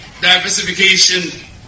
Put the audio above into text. diversification